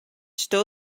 still